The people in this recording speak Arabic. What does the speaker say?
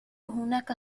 هناك